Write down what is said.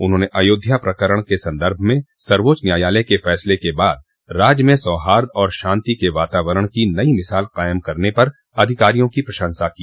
उन्होंने अयोध्या प्रकरण के सन्दर्भ में सर्वोच्च न्यायालय के फैंसले के बाद राज्य में सौहार्द और शान्ति के वातावरण की नयी मिसाल कायम करने पर अधिकारियों की प्रशंसा की